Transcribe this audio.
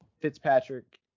Fitzpatrick